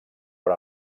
per